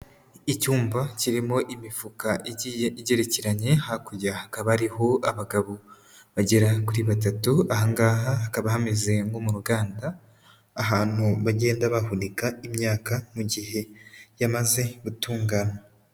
Icyumba kirimo imifuka igiye igerekeranye, hakurya hakaba ariho abagabo bagera kuri batatu, aha ngaha hakaba hameze nko mu ruganda, ahantu bagenda bahunika imyaka mu gihe yamaze gutunganwa.